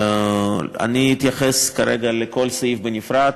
אני אתייחס כרגע לכל סעיף בנפרד.